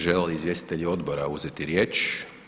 Želi li izvjestitelji odbora uzeti riječ?